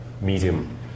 medium